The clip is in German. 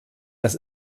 das